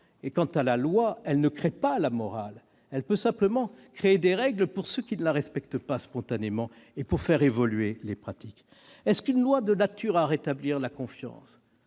! Quant à la loi, elle ne crée pas la morale. Elle peut simplement créer des règles pour ceux qui ne la respectent pas spontanément et pour faire évoluer les pratiques. Une loi est-elle de nature à rétablir la confiance ?